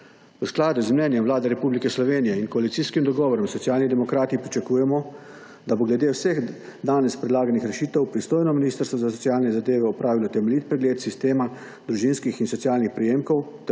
V skladu z mnenjem Vlade Republike Slovenije in koalicijskim dogovorom Socialni demokrati pričakujemo, da bo glede vseh danes predlaganih rešitev pristojno ministrstvo za socialne zadeve opravilo temeljit pregled sistema družinskih in socialnih prejemkov